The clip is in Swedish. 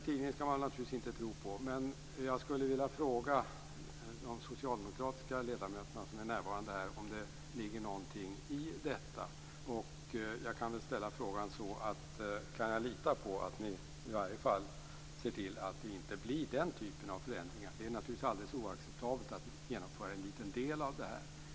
Man skall naturligtvis inte tro på det man läser i tidningen. Men jag skulle vilja fråga de socialdemokratiska ledamöter som är närvarande om det ligger någonting i detta. Kan jag lita på att ni i alla fall ser till att det inte blir den typen av förändringar? Det är naturligtvis alldeles oacceptabelt att genomföra en liten del av detta.